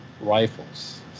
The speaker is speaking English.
rifles